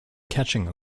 catching